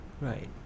Right